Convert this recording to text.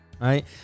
right